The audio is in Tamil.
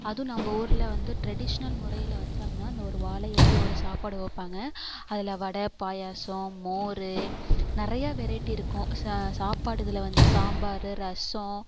அதுவும் நம்ம ஊரில் வந்து ட்ரடீஷ்னல் முறையில் வச்சாங்கன்னா அந்த ஒரு வாழை இலையில் ஒரு சாப்பாடு வைப்பாங்க அதில் வடை பாயசம் மோர் நிறையா வெரைட்டி இருக்கும் சா சாப்பாடு இதில் வந்து சாம்பார் ரசம்